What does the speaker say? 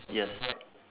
yes